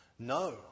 No